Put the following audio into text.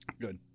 Good